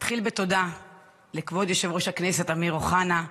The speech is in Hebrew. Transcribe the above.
אתחיל בתודה לכבוד יושב-ראש הכנסת אמיר אוחנה,